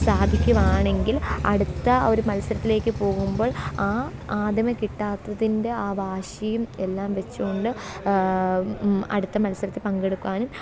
സാധിക്കുകയാണെങ്കിൽ അടുത്ത ഒരു മത്സരത്തിലേക്ക് പോകുമ്പോള് ആ ആദ്യമേ കിട്ടാത്തതിന്റെ ആ വാശിയും എല്ലാം വെച്ച് കൊണ്ട് അടുത്ത മത്സരത്തില് പങ്കെടുക്കുവാനും